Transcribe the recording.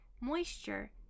moisture